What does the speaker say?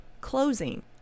closing